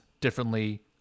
differently